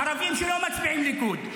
ערבים שלא מצביעים ליכוד,